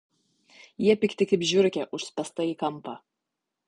jie pikti kaip žiurkė užspęsta į kampą